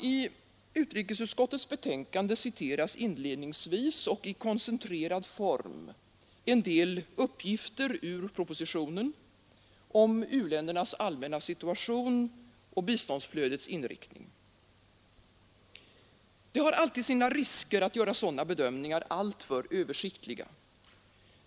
I utrikesutskottets betänkande citeras inledningsvis och i koncentrerad form en del uppgifter ur propositionen om u-ländernas allmänna situation och biståndsflödets inriktning. Det har alltid sina risker att göra sådana bedömningar alltför översiktliga.